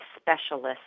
specialists